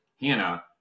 Hannah